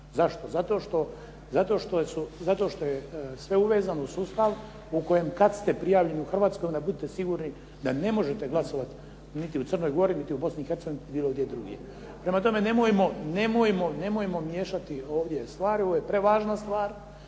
Zašto? Zato što je sve uvezano u sustav u kojem kad ste prijavljeni u Hrvatskoj onda budite sigurni da ne možete glasovati niti u Crnoj Gori, niti u Bosni i Hercegovini niti bilo gdje drugdje. Prema tome, nemojmo miješati ovdje stvari, ovo je prevažna stvar.